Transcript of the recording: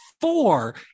four